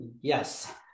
Yes